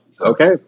Okay